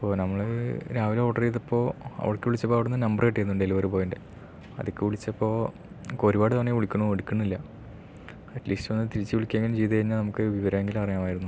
ഇപ്പോൾ നമ്മള് രാവിലെ ഓർഡർ ചെയ്തപ്പോൾ അവിടേക്ക് വിളിച്ചപ്പോൾ അവിടുന്ന് നമ്പര് കിട്ടിയിരുന്നു ഡെലിവറി ബോയിന്റെ അതിലേക്ക് വിളിച്ചപ്പോൾ ഒരുപാട് തവണയായി വിളിക്കുന്നു എടുക്കണില്ല അറ്റ്ലീസ്റ്റ് ഒന്ന് തിരിച്ചു വിളിക്കുകയെങ്കിലും ചെയ്തു കഴിഞ്ഞാൽ നമുക്ക് വിവരമെങ്കിലും അറിയാമായിരുന്നു